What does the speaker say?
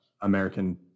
american